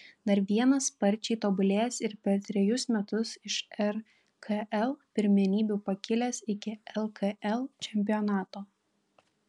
dar vienas sparčiai tobulėjęs ir per trejus metus iš rkl pirmenybių pakilęs iki lkl čempionato